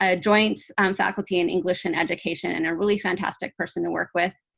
ah joint faculty in english and education and a really fantastic person to work with.